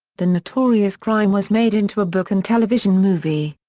the notorious crime was made into a book and television movie.